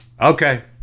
Okay